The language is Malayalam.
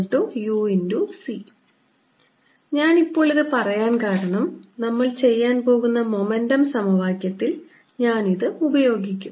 S10EB Su c ഞാൻ ഇപ്പോൾ ഇത് പറയാൻ കാരണം നമ്മൾ ചെയ്യാൻ പോകുന്ന മൊമെന്റം സമവാക്യത്തിൽ ഞാൻ ഇത് ഉപയോഗിക്കും